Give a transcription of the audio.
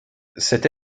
cette